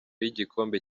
y’igikombe